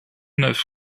neuf